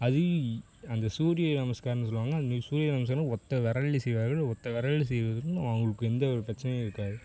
அது அந்த சூரிய நமஸ்காரம்னு சொல்லுவாங்க அந்தமாரி சூரிய நமஸ்காரம் ஒற்றை விரல்ல செய்வார்கள் ஒற்றை விரல்ல செய்வது வந்து அவங்களுக்கு எந்த ஒரு பிரச்சனையும் இருக்காது